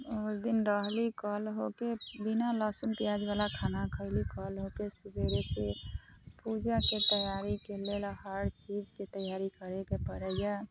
उ दिन रहली कल होके बिना लहसुन प्याजवला खाना खैली कल होक सबेरेसँ पूजाके तैयारीके लेल हर चीजके तैयारी करैके पड़ैए